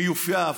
מיופייף,